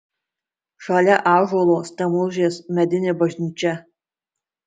šalia ąžuolo stelmužės medinė bažnyčia